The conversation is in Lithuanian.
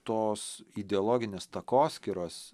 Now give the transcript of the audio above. tos ideologinės takoskyros